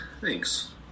Thanks